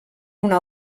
una